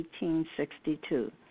1862